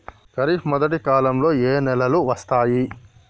ఖరీఫ్ మొదటి కాలంలో ఏ నెలలు వస్తాయి?